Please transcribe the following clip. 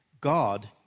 God